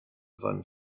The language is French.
von